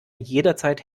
jederzeit